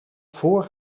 voor